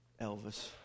Elvis